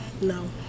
no